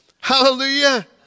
Hallelujah